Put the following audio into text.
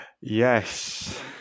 Yes